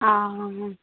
ହଁ ହଁ